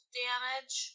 damage